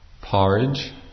porridge